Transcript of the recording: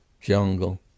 jungle